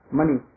money